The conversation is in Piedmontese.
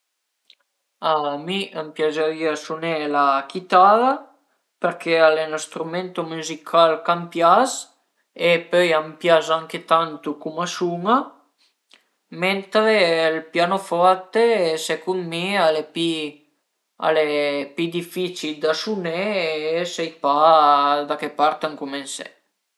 A mi a m'piazerìa suné la chitarra perché al e ün strumento müzical ch'a m'pias e pöi a m'pias anche tantu cum a sun-a, mentre ël pianoforte secund mi al e pi al e pi dificil da suné e sai pa da che part encumensé